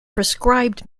prescribed